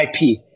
IP